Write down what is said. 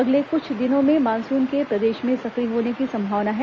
अगले कुछ दिनों में मानसून के प्रदेश में सक्रिय होने की संभावना है